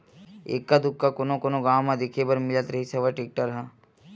एक्का दूक्का कोनो कोनो गाँव म देखे बर मिलत रिहिस हवय टेक्टर ह